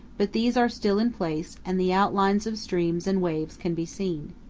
but these are still in place and the outlines of streams and waves can be seen.